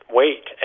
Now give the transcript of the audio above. wait